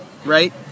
Right